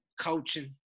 Coaching